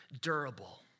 durable